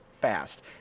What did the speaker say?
fast